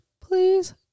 please